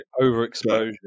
Overexposure